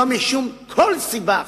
לא משום כל סיבה אחרת.